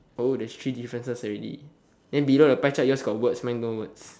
oh there's three differences already then below the pie chart yours got words mine no words